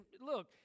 look